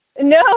No